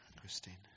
Christine